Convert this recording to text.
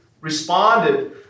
responded